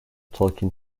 talking